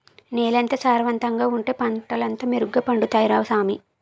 నేలెంత సారవంతంగా ఉంటే పంటలంతా మెరుగ్గ పండుతాయ్ రా సామీ